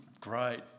great